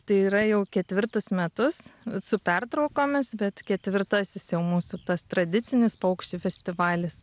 tai yra jau ketvirtus metus su pertraukomis bet ketvirtasis jau mūsų tas tradicinis paukščių festivalis